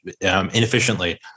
inefficiently